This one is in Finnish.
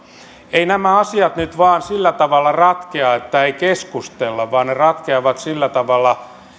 eivät nämä asiat nyt vain sillä tavalla ratkea että ei keskustella vaan ne ratkeavat sillä tavalla